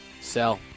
Sell